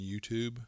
YouTube